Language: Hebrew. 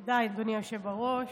תודה, אדוני היושב בראש.